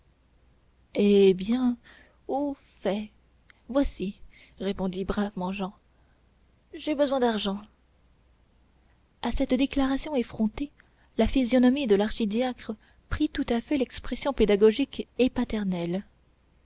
eh bien au fait voici répondit bravement jehan j'ai besoin d'argent à cette déclaration effrontée la physionomie de l'archidiacre prit tout à fait l'expression pédagogique et paternelle